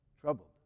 troubled